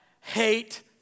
hate